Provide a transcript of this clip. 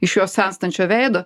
iš jos senstančio veido